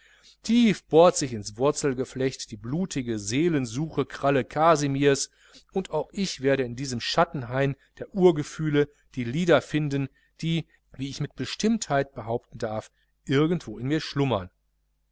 tief bohrt sich ins wurzelgeflecht die blutige seelensuchekralle kasimirs und auch ich werde in diesem schattenhain der urgefühle die lieder finden die wie ich mit bestimmtheit behaupten darf irgendwo in mir schlummern